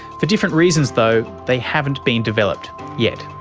for different reasons though they haven't been developed yet.